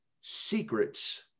secrets